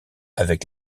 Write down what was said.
avec